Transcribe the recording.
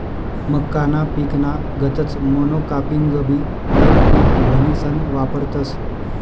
मक्काना पिकना गतच मोनोकापिंगबी येक पिक म्हनीसन वापरतस